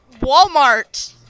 Walmart